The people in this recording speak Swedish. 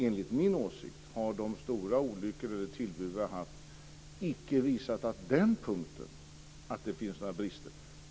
Enligt min åsikt har de stora olyckor eller tillbud vi haft inte visat att det finns några brister på den punkten.